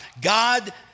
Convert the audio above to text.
God